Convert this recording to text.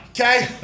okay